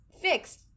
fixed